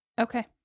Okay